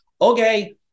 Okay